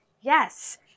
yes